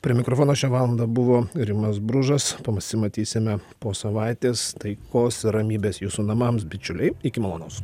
prie mikrofono šią valandą buvo rimas bružas pasimatysime po savaitės taikos ir ramybės jūsų namams bičiuliai iki malonaus